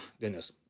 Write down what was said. goodness